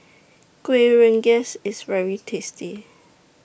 Kueh Rengas IS very tasty